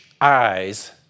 eyes